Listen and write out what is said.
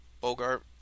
Bogart